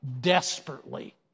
desperately